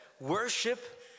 worship